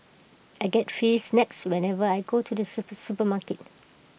I get free snacks whenever I go to the super supermarket